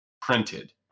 printed